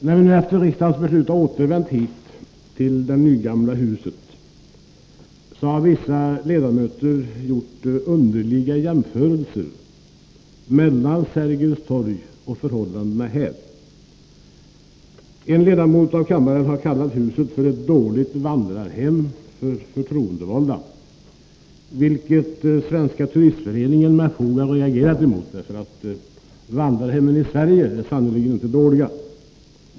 När vi nu efter riksdagens beslut har återvänt hit till vårt gamla hus på Helgeandsholmen har vissa ledamöter gjort underliga jämförelser mellan förhållandena vid Sergels torg och här. En ledamot av kammaren har kallat huset för ett dåligt vandrarhem för förtroendevalda — vilket Svenska turistföreningen med fog reagerat emot. Vandrarhemmen i Sverige är sannerligen inte dåliga!